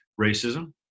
racism